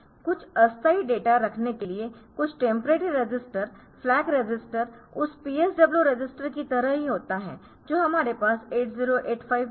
कुछ अस्थायी डेटा रखने के लिए कुछ टेम्पररी रजिस्टर फ्लैग रजिस्टर उस PSW रजिस्टर की तरह ही होता है जो हमारे पास 8085 में है